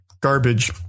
garbage